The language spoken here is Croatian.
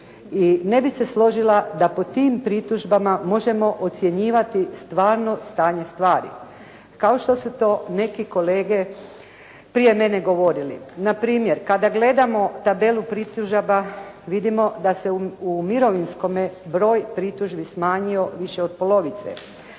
ne bih se složila da pod tim pritužbama možemo ocjenjivati stvarno stanje stvari, kao što su to neki kolege prije mene govorili. Na primjer, kada gledamo tabelu pritužaba vidimo da se u mirovinskome broj pritužbi smanjio više od polovice,